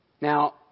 Now